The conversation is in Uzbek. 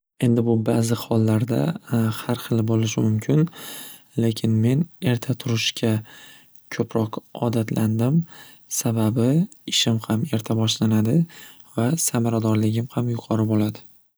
Endi bu ba'zi hollarda xarxil bo'lishi mumkin lekin men erta turishga ko'proq odatlandim sababi ishim ham erta boshlanadi va samaradorligim ham yuqori bo'ladi.